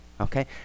Okay